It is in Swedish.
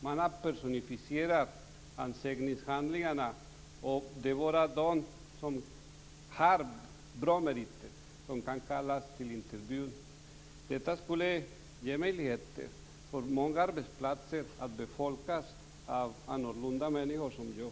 Man har avidentifierat ansökningshandlingarna. Det är bara de som har bra meriter som kan kallas till intervju. Detta skulle ge möjligheter för många arbetsplatser att befolkas av annorlunda människor som jag.